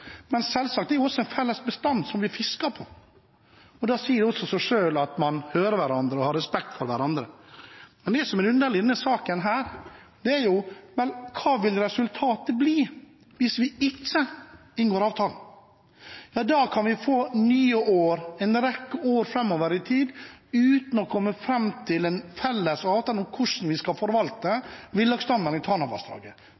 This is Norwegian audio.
Men selvsagt er det også en felles bestand som blir fisket på. Da sier det seg selv at man hører på hverandre, og har respekt for hverandre. Det som er det underlige i denne saken, er: Hva vil resultatet bli hvis vi ikke inngår avtalen? Da kan vi få nye år – en rekke år framover i tid – uten å komme fram til en felles avtale om hvordan vi skal